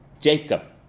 Jacob